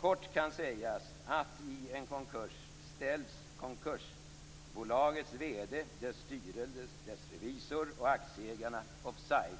Kort kan sägas att i en konkurs ställs konkursbolagets vd, dess styrelse och revisor och aktieägarna offside.